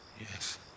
yes